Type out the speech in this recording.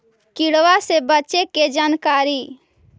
किड़बा से बचे के जानकारी?